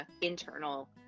internal